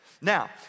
Now